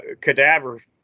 cadaver